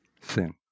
Sin